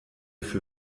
für